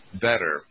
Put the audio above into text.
better